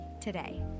today